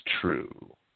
true